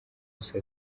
gusa